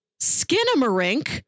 Skinamarink